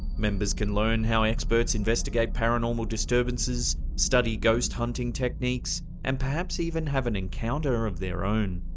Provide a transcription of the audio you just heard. members can learn how experts investigate paranormal disturbances, study ghost hunting techniques, and perhaps even have an encounter of their own.